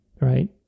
Right